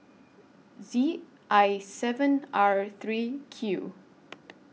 Z I seven R three Q